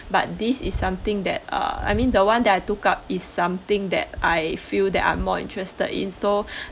but this is something that uh I mean the one that I took up is something that I feel I'm more interested in so